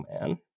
man